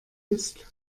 ist